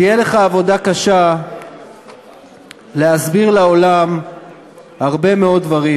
תהיה לך עבודה קשה להסביר לעולם הרבה מאוד דברים,